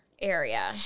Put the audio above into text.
area